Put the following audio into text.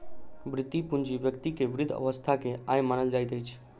वृति पूंजी व्यक्ति के वृद्ध अवस्था के आय मानल जाइत अछि